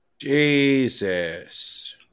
Jesus